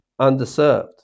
underserved